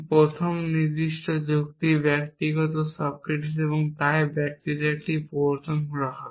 প্রথম নির্দিষ্ট যুক্তি ব্যক্তি সক্রেটিস এবং তাই ব্যক্তিদের একটি গতি প্রবর্তন করা হবে